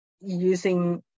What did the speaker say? using